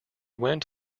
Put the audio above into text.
went